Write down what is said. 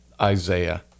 Isaiah